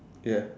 ya